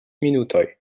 minutoj